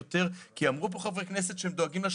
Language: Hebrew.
5%. אם יש מכתב של המנכ"ל וסיכומים שינטרלו את העניין הזה,